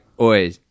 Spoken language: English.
Oi